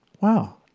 Wow